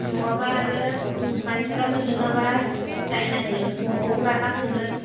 नङाब्ला आरो मानसिफोरा मोनलोङाब्ला दायनांगोन न'आव रागा जोंगोन